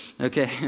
okay